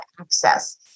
access